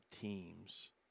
Teams